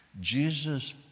Jesus